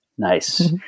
Nice